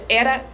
era